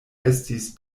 estis